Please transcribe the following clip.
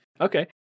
Okay